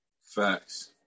Facts